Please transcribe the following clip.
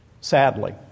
Sadly